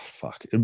Fuck